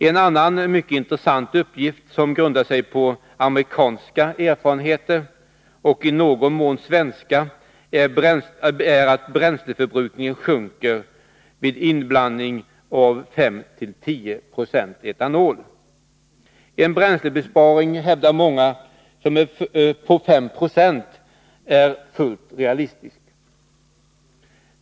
En annan mycket intressant uppgift, som grundar sig på amerikanska och i någon mån svenska erfarenheter, är att bränsleförbrukningen sjunker vid inblandning av 5-10 96 etanol. En bränslebesparing på 5 90 är, det hävdar många, fullt realistisk.